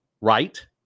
right